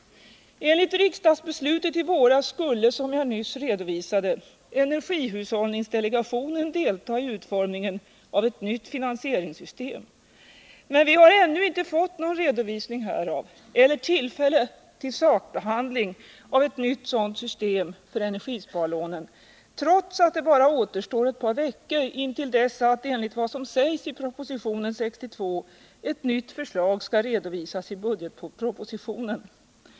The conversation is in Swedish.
Enligt riksdagsbeslutet i våras skulle, som jag nyss redovisade, energihushållningsdelegationen delta i utformningen av ett nytt finansieringssystem. Men vi har ännu inte fått någon redovisning eller något tillfälle till sakbehandling av ett nytt sådant system för energisparlånen, trots att det bara återstår ett par veckor intill dess att, enligt vad som sägs i propositionen 62, ett nytt förslag skall redovisas i budgetpropositionen.